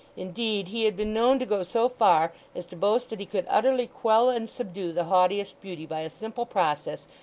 indeed he had been known to go so far as to boast that he could utterly quell and subdue the haughtiest beauty by a simple process,